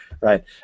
Right